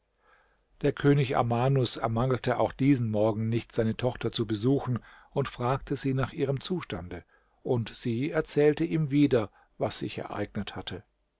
der könig armanus ermangelte auch diesen morgen nicht seine tochter zu besuchen und fragte sie nach ihrem zustande und sie erzählte ihm wieder was sich ereignet hatte